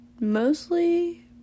mostly